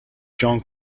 john